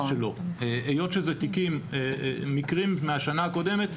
היות שזה מקרים מהשנה הקודמת,